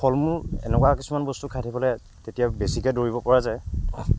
ফল মূল এনেকুৱা কিছুমান বস্তু খাই থাকিব লাগে তেতিয়া বেছিকৈ দৌৰিব পৰা যায়